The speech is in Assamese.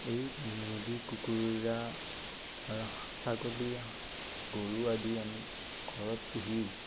এই মুৰ্গী কুকুৰা আৰু ছাগলী গৰু আদি আমি ঘৰত পুহি